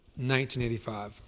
1985